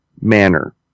manner